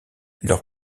leur